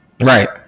Right